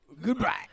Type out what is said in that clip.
Goodbye